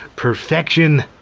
perfection.